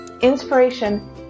inspiration